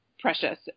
precious